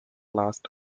last